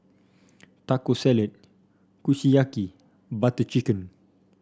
Taco Salad Kushiyaki Butter Chicken